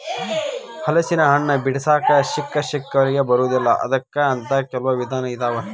ಹಲಸಿನಹಣ್ಣ ಬಿಡಿಸಾಕ ಸಿಕ್ಕಸಿಕ್ಕವರಿಗೆ ಬರುದಿಲ್ಲಾ ಅದಕ್ಕ ಅಂತ ಕೆಲ್ವ ವಿಧಾನ ಅದಾವ